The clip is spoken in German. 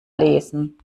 lesen